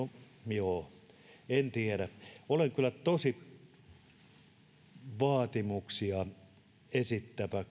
joo en tiedä olen kyllä tosi paljon vaatimuksia sisäministerille esittävä